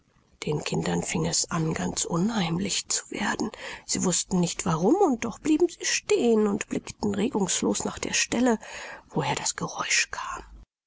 den kindern fing es an ganz unheimlich zu werden sie wußten nicht warum und doch blieben sie stehen und blickten regungslos nach der stelle woher das geräusch kam